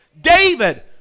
David